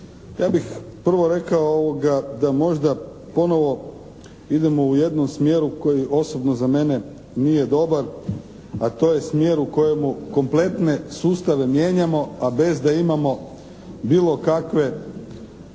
Ja bih prvo rekao da možda ponovo idemo u jednom smjeru koji osobno za mene nije dobar a to je smjer u kojemu kompletne sustave mijenjamo a bez da imamo bilo kakve